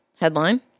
headline